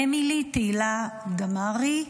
אמילי תהילה דמארי.